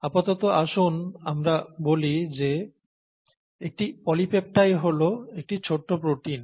আপাতত আসুন আমরা বলি যে একটি পলিপেপটাইড হল একটি ছোট্ট প্রোটিন